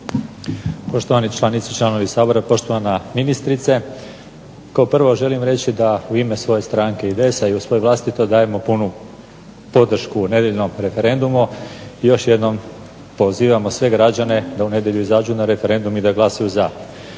Poštovani članice i članovi Sabora, poštovana ministrice kao prvo želim reći da u ime svoje stranke IDS-a i u svoje vlastito dajemo punu podršku nedjeljnom referendumu i još jednom pozivamo sve građane da u nedjelju izađu na referendum i da glasuju za.